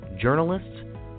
journalists